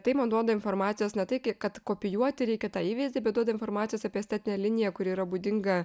tai man duoda informacijos ne tai kad kopijuoti reikia tą įveizdį bet duoda informacijos apie estetinę liniją kuri yra būdinga